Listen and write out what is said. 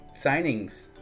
signings